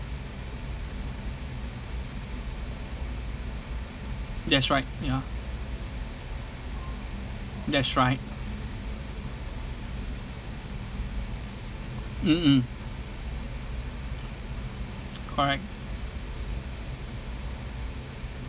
that's right ya that's right mmhmm correct